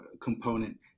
component